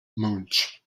munch